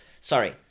sorry